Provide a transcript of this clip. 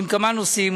עם כמה נושאים,